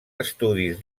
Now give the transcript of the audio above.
estudis